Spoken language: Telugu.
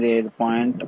095 పాయింట్ 96